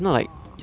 orh